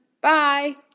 Bye